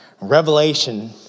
Revelation